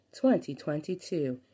2022